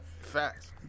Facts